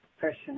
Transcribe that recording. person